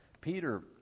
Peter